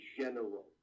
general